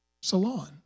salon